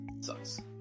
sucks